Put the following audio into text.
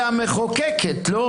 היא המחוקקת, לא?